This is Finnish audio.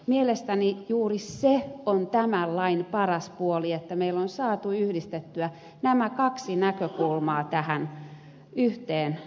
mielestäni juuri se on tämän lain paras puoli että meillä on saatu yhdistettyä nämä kaksi näkökulmaa tähän yhteen lakiin